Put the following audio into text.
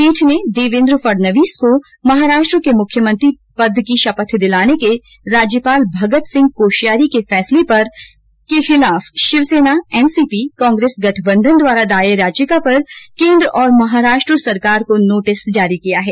पीठ ने देवेन्द्र फडणवीस को महाराष्ट्र के मुख्यमंत्री की शपथ दिलाने के राज्यपाल भगत सिंह कोश्यारी के फैसले के खिलाफ शिवसेना एनसीपी कांग्रेस गठबंधन द्वारा दायर याचिका पर केन्द्र और महाराष्ट्र सरकार को नोटिस जारी किया है